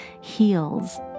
heals